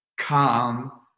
calm